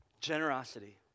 Generosity